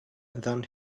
than